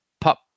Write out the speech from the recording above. pop